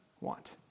want